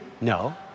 No